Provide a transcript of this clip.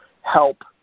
help